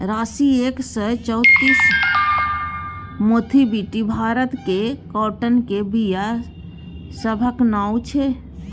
राशी एक सय चौंतीस, मोथीबीटी भारतक काँटनक बीया सभक नाओ छै